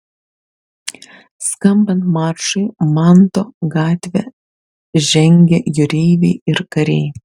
skambant maršui manto gatve žengė jūreiviai ir kariai